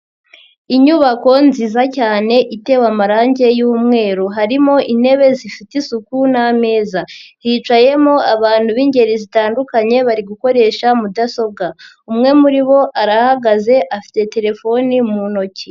Inyubako nziza cyane itewe amarangi y'umweru, harimo intebe zifite isuku n'ameza, hicayemo abantu b'ingeri zitandukanye bari gukoresha mudasobwa, umwe muri bo arahagaze afite telefoni mu ntoki.